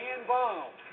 involved